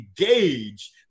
engage